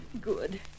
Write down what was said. good